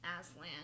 aslan